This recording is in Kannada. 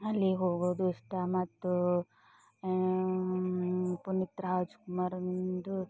ಅಲ್ಲಿಗೆ ಹೋಗೋದು ಇಷ್ಟ ಮತ್ತು ಪುನೀತ್ ರಾಜ್ಕುಮಾರಂದು